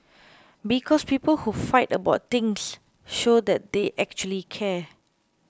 because people who fight about things show that they actually care